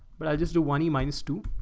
but i just do one minus two,